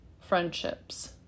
friendships